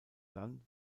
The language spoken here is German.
dann